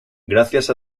gracias